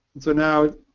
so now,